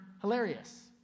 hilarious